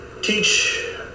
teach